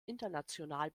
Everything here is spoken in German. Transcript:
international